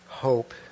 hope